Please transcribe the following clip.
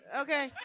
Okay